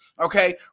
okay